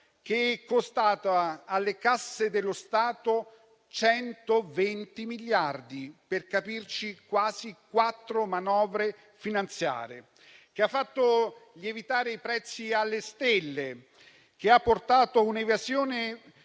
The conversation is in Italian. che è costata alle casse dello Stato 120 miliardi (per capirci, quasi quattro manovre finanziarie), che ha fatto lievitare i prezzi alle stelle e che ha portato a truffe